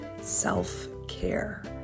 self-care